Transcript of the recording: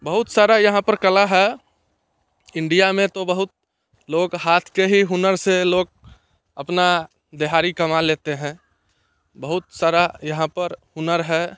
बहुत सारा यहाँ पर कला है इंडिया में तो बहुत लोग हाथ के ही हुनर से लोग अपना दिहाड़ी कमा लेते हैं बहुत सारा यहाँ पर हुनर है